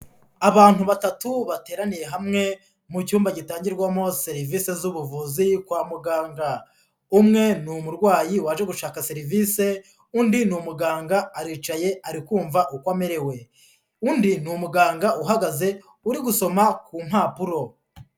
Abantu batatu bateraniye hamwe mu cyumba gitangirwamo serivisi z'ubuvuzi kwa muganga, umwe ni umurwayi waje gushaka serivisi, undi ni umuganga aricaye arikumva uko amerewe, undi ni umuganga uhagaze uri gusoma ku mpapuro.